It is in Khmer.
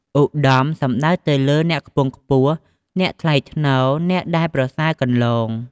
ឧត្តម សំដៅទៅលើ អ្នកខ្ពង់ខ្ពស់ អ្នកថ្លៃថ្នូរ អ្នកដែលប្រសើរកន្លង។